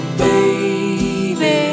baby